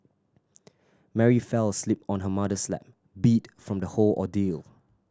Mary fell asleep on her mother's lap beat from the whole ordeal